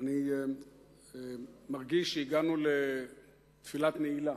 אני מרגיש שהגענו לתפילת נעילה.